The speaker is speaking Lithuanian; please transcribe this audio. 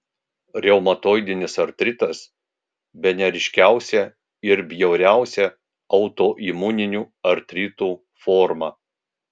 reumatoidinis artritas bene ryškiausia ir bjauriausia autoimuninių artritų forma